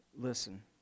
listen